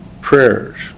prayers